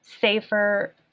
safer